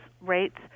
rates